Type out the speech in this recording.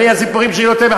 הסיפורים שאני נותן,